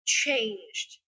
changed